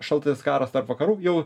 šaltasis karas tarp vakarų jau